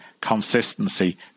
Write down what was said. consistency